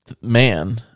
man –